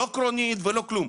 לא קרונית ולא כלום.